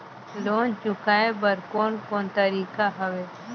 Loan चुकाए बर कोन कोन तरीका हवे?